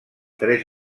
tres